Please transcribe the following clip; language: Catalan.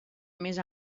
més